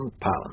pounds